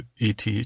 ET